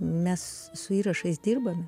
mes su įrašais dirbame